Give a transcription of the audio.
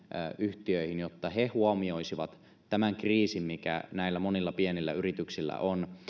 yhtiöihin ja toivoisin että he huomioisivat tämän kriisin mikä näillä monilla pienillä yrityksillä on